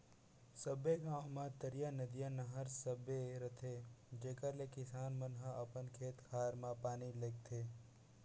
सबे गॉंव म तरिया, नदिया, नहर सबे रथे जेकर ले किसान मन ह अपन खेत खार म पानी लेगथें